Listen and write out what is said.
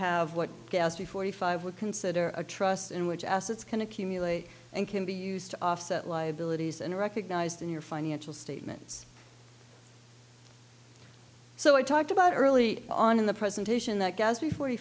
have what ghastly forty five would consider a trust in which assets can accumulate and can be used to offset liabilities and recognized in your financial statements so i talked about early on in the presentation that as we forty